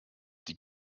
die